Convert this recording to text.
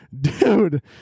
dude